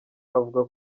avuga